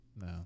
No